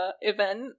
event